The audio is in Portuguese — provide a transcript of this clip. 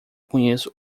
conheço